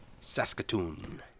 Saskatoon